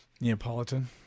Neapolitan